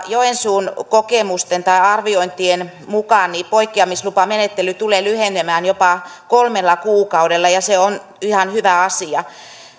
joensuun arviointien mukaan poikkeamislupamenettely tulee lyhenemään jopa kolmella kuukaudella ja se on ihan hyvä asia